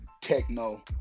techno